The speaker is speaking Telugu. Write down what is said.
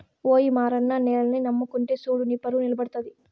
ఓయి మారన్న నేలని నమ్ముకుంటే సూడు నీపరువు నిలబడతది